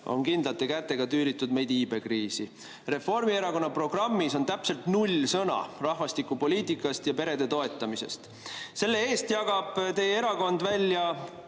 on kindlate kätega tüüritud meid iibekriisi. Reformierakonna programmis on täpselt null sõna rahvastikupoliitika ja perede toetamise kohta. Selle asemel jagab teie erakond välja